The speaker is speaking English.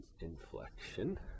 inflection